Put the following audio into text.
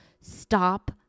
Stop